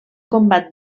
combat